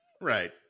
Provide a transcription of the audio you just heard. Right